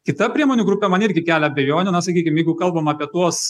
kita priemonių grupė man irgi kelia abejonių na sakykim jeigu kalbam apie tuos